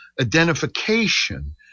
identification